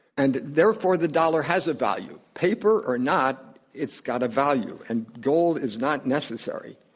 and, therefore, the dollar has a value. paper or not, it's got a value. and gold is not necessary.